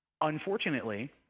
Unfortunately